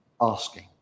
asking